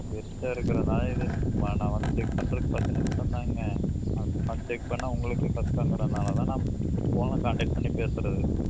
பெஸ்டாக இருக்குறதுனால நான் நான் வந்து செக் பண்ணுறதுக்கு பத்து நிமிஷம்தாங்க செக் பண்ணால் உங்களுக்கு கஷ்டங்கிறதனால தான் நான் ஃபோனில் கான்டெக்ட் பண்ணி பேசுறது